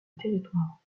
territoire